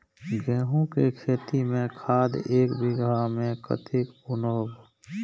गेंहू के खेती में खाद ऐक बीघा में कते बुनब?